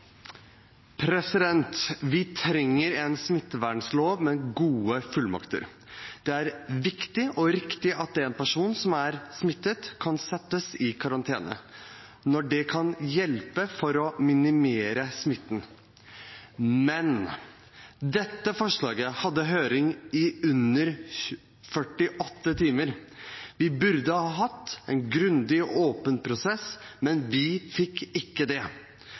viktig og riktig at en person som er smittet, kan settes i karantene når det kan hjelpe for å minimere smitten. Men dette forslaget hadde høring i under 48 timer. Vi burde hatt en grundig og åpen prosess, men vi fikk ikke det.